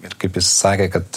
ir kaip jis sakė kad